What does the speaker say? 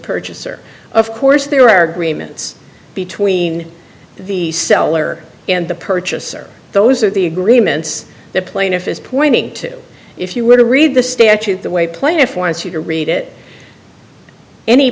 purchaser of course there are green minutes between the seller and the purchaser those are the agreements the plaintiff is pointing to if you were to read the statute the way plaintiff wants you to read it any